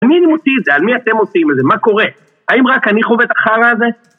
על מי אני מוציא את זה? על מי אתם מוציאים את זה? מה קורה? האם רק אני חווה את החרא הזה?